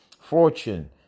Fortune